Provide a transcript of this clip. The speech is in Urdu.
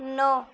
نو